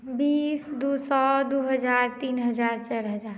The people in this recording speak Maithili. बीस दू सए दू हजार तीन हजार चारि हजार